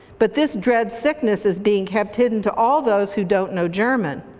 but this dread sickness is being kept hidden to all those who don't know german.